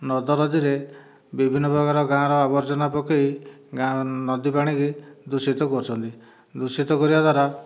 ନଦନଦୀରେ ବିଭିନ୍ନ ପ୍ରକାରର ଗାଁର ଆବର୍ଜନା ପକେଇ ଗାଁ ନଦୀ ପାଣିକୁ ଦୂଷିତ କରୁଛନ୍ତି ଦୂଷିତ କରିବା ଦ୍ୱାରା